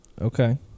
Okay